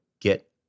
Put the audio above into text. get